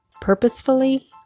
Purposefully